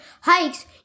hikes